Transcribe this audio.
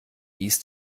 dies